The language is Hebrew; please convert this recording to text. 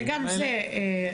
שגם זה,